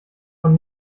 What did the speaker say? von